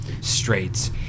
straits